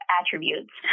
attributes